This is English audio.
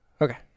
Okay